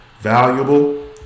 valuable